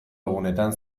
egunetan